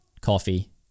coffee